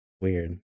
Weird